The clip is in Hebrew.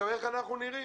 איך אנחנו נראים?